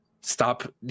Stop